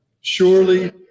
Surely